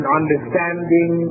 understanding